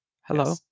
Hello